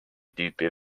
tüüpi